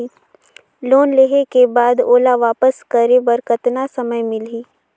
Loan लेहे के बाद ओला वापस करे बर कतना समय मिलही?